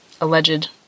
alleged